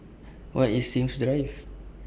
Where IS Sims Drive